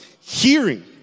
hearing